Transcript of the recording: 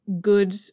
good